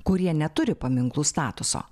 kurie neturi paminklų statuso